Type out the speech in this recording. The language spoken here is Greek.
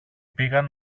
πήγαν